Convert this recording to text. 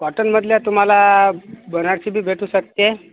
कॉटनमधल्या तुम्हाला बनारसीबी भेटू शकते